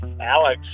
Alex